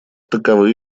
таковы